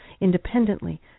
independently